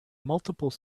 multiple